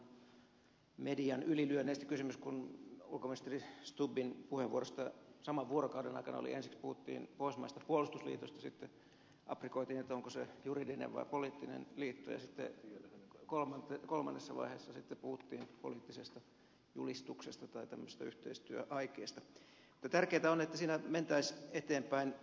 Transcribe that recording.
ilmeisesti oli vähän median ylilyönneistä kysymys kun ulkoministeri stubbin puheenvuorosta saman vuorokauden aikana ensiksi puhuttiin pohjoismaisesta puolustusliitosta sitten aprikoitiin onko se juridinen vai poliittinen liitto ja sitten kolmannessa vaiheessa puhuttiin poliittisesta julistuksesta tai tämmöisestä yhteistyöaikeesta mutta tärkeätä on että siinä mentäisiin eteenpäin